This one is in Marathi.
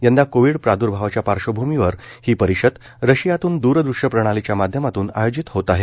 यंदा कोविड प्रादुर्भावाच्या पार्श्वभूमीवर ही परिषद रशियातून दूरदृश्य प्रणालीच्या माध्यमातून आयोजित होत आहे